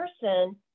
person